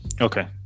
okay